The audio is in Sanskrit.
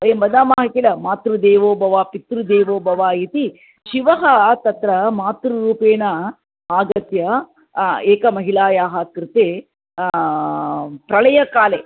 वयं वदामः किल मातृदेवो भव पितृदेवो भव इति शिवः तत्र मातृरूपेण आगत्य एकमहिलायाः कृते प्रळयकाले